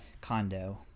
Condo